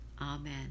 Amen